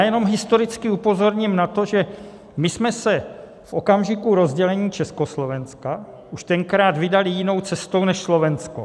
Jenom historicky upozorním na to, že my jsme se v okamžiku rozdělení Československa už tenkrát vydali jinou cestou než Slovensko.